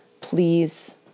please